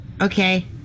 Okay